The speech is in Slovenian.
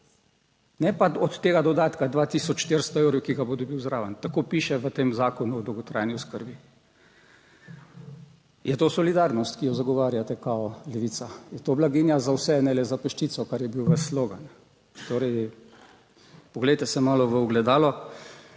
ne pa od tega dodatka 2 tisoč 400 evrov, ki ga bo dobil zraven, tako piše v tem Zakonu o dolgotrajni oskrbi. Je to solidarnost, ki jo zagovarjate kao, Levica? Je to blaginja za vse, ne le za peščico, kar je bil vaš slogan? Torej poglejte se malo v ogledalo.